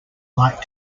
like